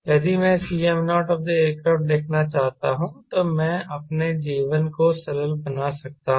यदि मैं Cm0ac देखना चाहता हूं तो मैं अपने जीवन को सरल बना सकता हूं